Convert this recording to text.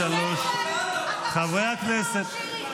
חבר הכנסת נאור שירי,